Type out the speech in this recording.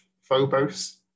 Phobos